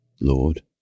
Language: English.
Lord